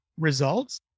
results